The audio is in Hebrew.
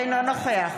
אינו נוכח